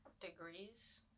degrees